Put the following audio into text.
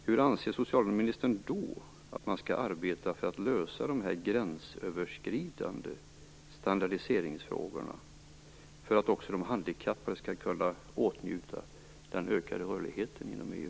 Hur anser socialministern då att man skall arbeta för att lösa de här gränsöverskridande standardiseringsfrågorna, så att också de handikappade skall kunna åtnjuta den ökade rörligheten inom EU?